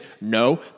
No